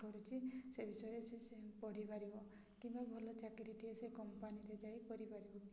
କରୁଚି ସେ ବିଷୟରେ ସେ ପଢ଼ିପାରିବ କିମ୍ବା ଭଲ ଚାକିରୀଟିଏ ସେ କମ୍ପାନୀରେ ଯାଇ କରିପାରିବ